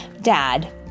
Dad